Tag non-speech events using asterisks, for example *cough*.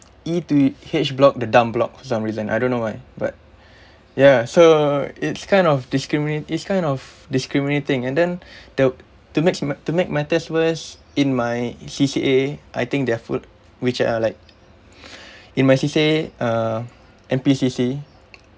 E to H block the dumb block for some reason I don't know why but *breath* ya so it's kind of discriminat~ it's kind of discriminating and then *breath* the to make ma~ to make matters worse in my C_C_A I think their fu~ which are like *breath* in my C_C_A uh N_P_C_C